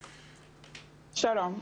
שלום.